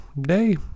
Day